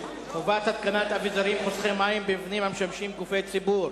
חובת התקנת אביזרים חוסכי מים במבנים המשמשים גופי ציבור).